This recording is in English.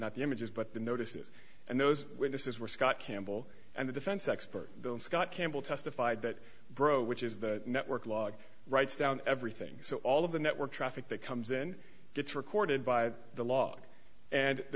the images but the notices and those witnesses were scott campbell and the defense expert scott campbell testified that bro which is the network log writes down everything so all of the network traffic that comes in gets recorded by the log and the